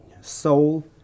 Soul